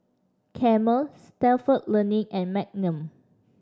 Camel Stalford Learning and Magnum